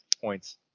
points